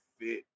fit